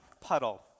puddle